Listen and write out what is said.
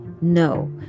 no